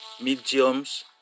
mediums